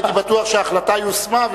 כי הייתי בטוח שההחלטה יושמה,